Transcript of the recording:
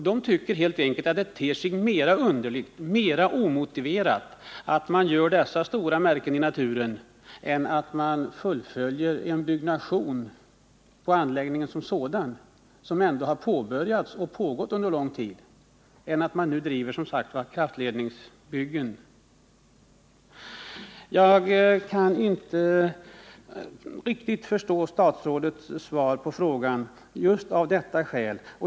De tycker helt enkelt att det ter sig mera omotiverat att man gör dessa stora märken i naturen än att man fullföljer byggandet av anläggningen som sådan, vilket ju ändå har påbörjats och pågått under lång tid. Jag kan inte riktigt förstå statsrådets svar på frågan just av detta skäl.